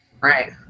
Right